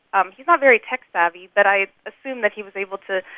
um he's not very tech-savvy, but i assumed that he was able to,